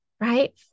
right